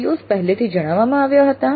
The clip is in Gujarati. COs પેહેલેથી જણાવવામાં આવ્યા હતા